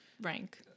rank